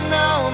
no